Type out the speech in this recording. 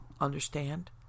Understand